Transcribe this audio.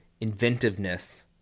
inventiveness